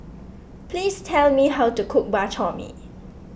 please tell me how to cook Bak Chor Mee